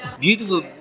beautiful